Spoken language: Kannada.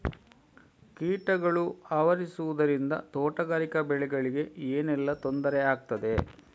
ಕೀಟಗಳು ಆವರಿಸುದರಿಂದ ತೋಟಗಾರಿಕಾ ಬೆಳೆಗಳಿಗೆ ಏನೆಲ್ಲಾ ತೊಂದರೆ ಆಗ್ತದೆ?